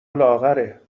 لاغره